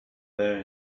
there